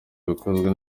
bikozwe